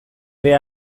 ere